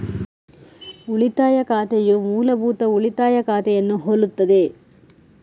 ಉಳಿತಾಯ ಖಾತೆಯು ಮೂಲಭೂತ ಉಳಿತಾಯ ಖಾತೆಯನ್ನು ಹೋಲುತ್ತದೆ